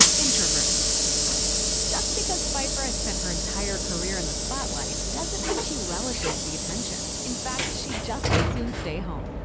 introvert just because pfeiffer has spent her entire career in the spotlight doesn't mean she relishes the attention. in fact, she'd just as soon stay home.